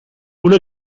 una